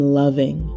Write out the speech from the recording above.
loving